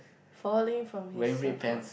falling from his surfboard